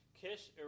Kish